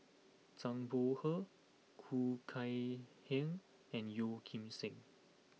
Zhang Bohe Khoo Kay Hian and Yeo Kim Seng